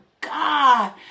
god